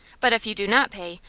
but if you do not pay,